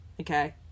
Okay